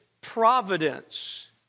providence